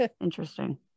interesting